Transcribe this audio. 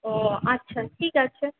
ও আচ্ছা ঠিক আছে